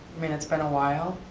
i mean it's been a while,